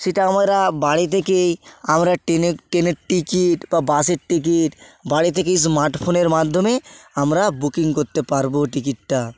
সেটা আমরা বাড়ি থেকেই আমরা ট্রেনে ট্রেনে টিকিট বা বাসের টিকিট বাড়ি থেকেই স্মার্টফোনের মাধ্যমে আমরা বুকিং করতে পারবো টিকিটটা